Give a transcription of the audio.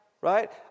Right